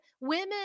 Women